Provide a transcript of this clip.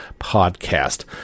podcast